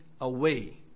away